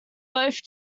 both